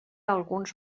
alguns